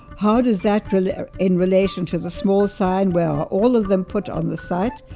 how does that relate in relation to the small sign where are all of them put on the site.